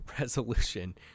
resolution